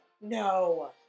No